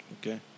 Okay